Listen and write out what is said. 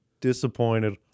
disappointed